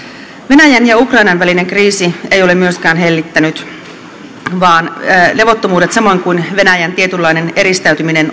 venäjän ja ukrainan välinen kriisi ei ole myöskään hellittänyt vaan levottomuudet samoin kuin venäjän tietynlainen eristäytyminen